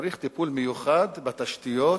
צריך טיפול מיוחד בתשתיות,